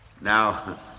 Now